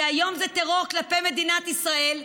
כי היום זה טרור כלפי מדינת ישראל,